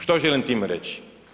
Što želim time reći?